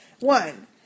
One